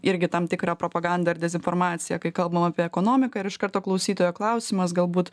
irgi tam tikrą propagandą ir dezinformaciją kai kalbam apie ekonomiką ir iš karto klausytojo klausimas galbūt